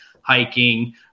hiking